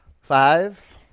Five